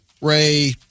Ray